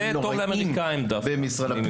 זה לא מכביד על המוסד.